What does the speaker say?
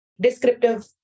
descriptive